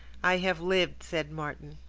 i have lived, said martin.